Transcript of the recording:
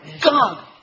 God